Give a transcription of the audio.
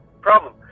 problem